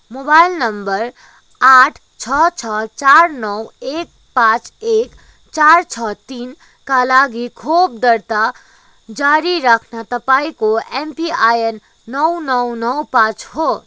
mobile number आठ छ छ चार नौ एक पाँच एक चार छ तिन का लागि खोप दर्ता जारी राख्न तपाईँँको एमपीआइएन नौ नौ नौ पाँच हो